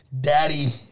Daddy